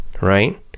right